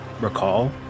recall